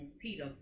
Peter